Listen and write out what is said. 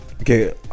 Okay